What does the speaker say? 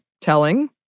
telling